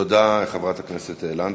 תודה לחברת הכנסת לנדבר.